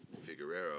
Figueroa